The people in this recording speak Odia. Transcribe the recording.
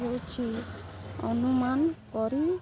ହେଉଛି ଅନୁମାନ କରି